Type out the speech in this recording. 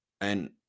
And-